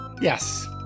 Yes